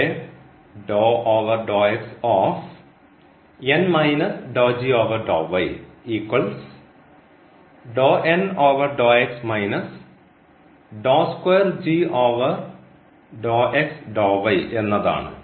ഇവിടെ എന്നതാണ്